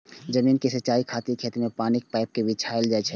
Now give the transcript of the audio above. जमीन के सिंचाइ खातिर खेत मे पानिक पाइप कें बिछायल जाइ छै